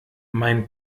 mein